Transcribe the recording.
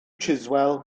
chiswell